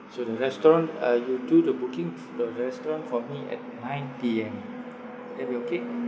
so the restaurant uh you do the booking f~ the restaurant for me at nine P_M would that be okay